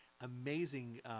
amazing